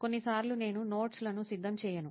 కొన్నిసార్లు నేను నోట్స్ లను సిద్ధం చేయను